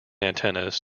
antennas